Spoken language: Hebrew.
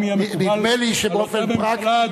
זאת אומרת שזה גם יהיה מקובל על אותה ממשלה,